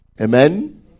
Amen